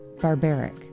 Barbaric